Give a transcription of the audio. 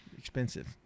expensive